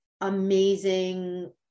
amazing